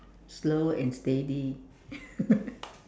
slow and steady